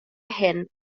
hyn